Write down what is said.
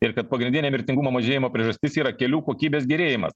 ir kad pagrindinė mirtingumo mažėjimo priežastis yra kelių kokybės gerėjimas